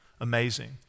amazing